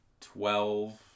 twelve